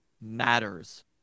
matters